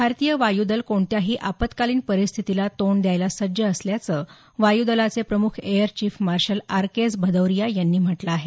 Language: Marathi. भारतीय वायूदल कोणत्याही आपत्कालीन परिस्थितीला तोंड द्यायला सज्ज असल्याचं वायूदलाचे प्रमुख air chief marshal RKS Bhadauria यांनी म्हटलं आहे